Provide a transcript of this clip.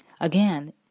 Again